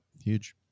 huge